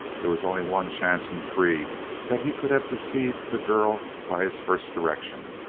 there was only one chance in three that he could have deceived the girl by his first direction,